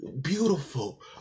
beautiful